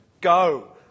go